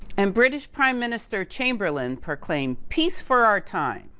and british prime minister chamberlain proclaimed peace for our time.